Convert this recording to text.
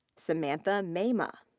samantha meima.